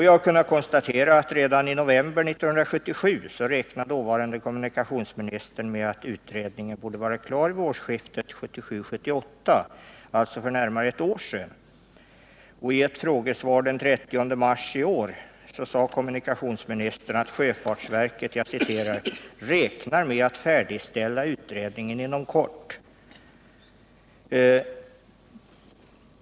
Jag har kunnat konstatera att redan i november 1977 räknade dåvarande kommunikationsministern med att utredningen borde vara klar vid årsskiftet 1977-1978, alltså för närmare ett år sedan. I ett frågesvar den 30 mars i år sade kommunikationsministern att sjöfartsverket räknade med att färdigställa utredningen inom kort.